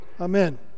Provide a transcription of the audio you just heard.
Amen